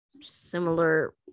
similar